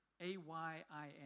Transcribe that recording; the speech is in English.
A-Y-I-N